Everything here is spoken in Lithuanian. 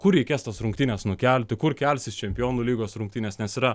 kur reikės tas rungtynes nukelti kur kelsis čempionų lygos rungtynes nes yra